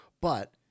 But-